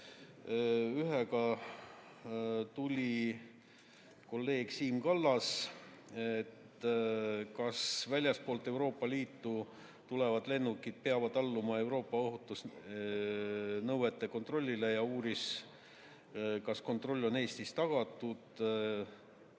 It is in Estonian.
tuli välja kolleeg Siim Kallas. Ta küsis, kas väljastpoolt Euroopa Liitu tulevad lennukid peavad alluma Euroopa ohutusnõuete kontrollile, ja uuris, kas kontroll on Eestis tagatud.